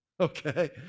okay